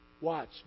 Watch